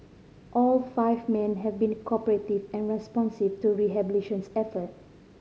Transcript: all five men have been cooperative and responsive to rehabilitation effort